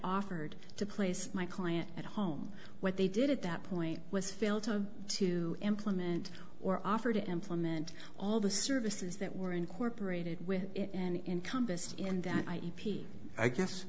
offered to place my client at home what they did at that point was failed to implement or offer to implement all the services that were incorporated with it and encompassed in that i e p i guess